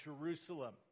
Jerusalem